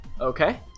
Okay